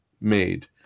made